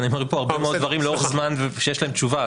אבל אני אומר פה הרבה מאוד דברים לאורך זמן ושיש להם תשובה,